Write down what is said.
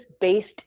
based